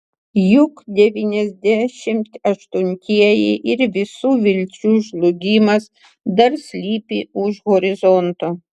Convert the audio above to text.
juk devyniasdešimt aštuntieji ir visų vilčių žlugimas dar slypi už horizonto